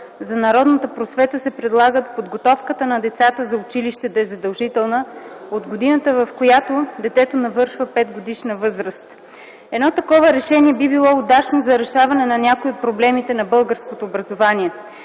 за народната просвета се предлага подготовката на децата за училище да е задължителна от годината, в която детето навършва 5-годишна възраст. Едно такова решение би било удачно за решаване на някои от проблемите на българското образование.